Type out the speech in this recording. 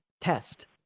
test